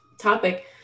topic